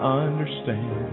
understand